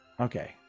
Okay